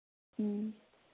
ꯎꯝ